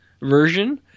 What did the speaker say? version